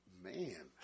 man